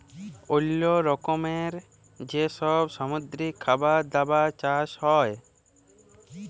অল্লো রকমের যে সব সামুদ্রিক খাবার দাবার চাষ হ্যয়